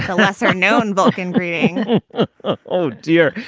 lesser known vulcan greeting oh, dear.